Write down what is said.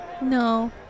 No